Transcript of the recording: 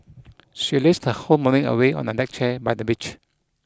she lazed her whole morning away on a deck chair by the beach